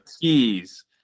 keys